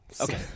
Okay